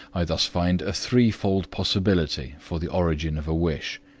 i thus find a threefold possibility for the origin of a wish.